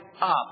up